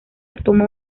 toma